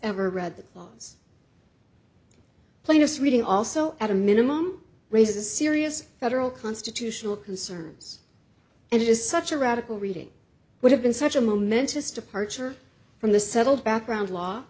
ever read the clause plainness reading also at a minimum raises a serious federal constitutional concerns and it is such a radical reading would have been such a momentous departure from the settled background law